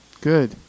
Good